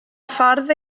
ffordd